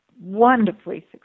wonderfully